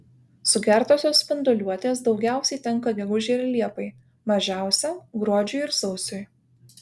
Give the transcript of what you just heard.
sugertosios spinduliuotės daugiausiai tenka gegužei ir liepai mažiausia gruodžiui ir sausiui